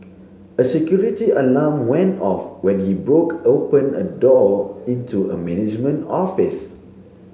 a security alarm went off when he broke open a door into a management office